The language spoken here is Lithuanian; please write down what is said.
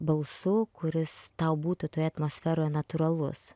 balsu kuris tau būtų toje atmosferoje natūralus